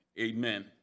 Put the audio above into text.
Amen